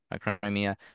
crimea